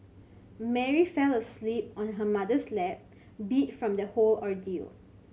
Mary fell asleep on her mother's lap beat from the whole ordeal